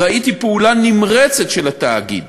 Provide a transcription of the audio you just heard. ראיתי פעולה נמרצת של התאגיד